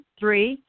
three